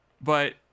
But-